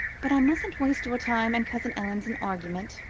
but i mustn't waste your time and cousin ellen's in argument,